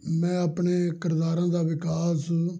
ਮੈਂ ਆਪਣੇ ਕਿਰਦਾਰਾਂ ਦਾ ਵਿਕਾਸ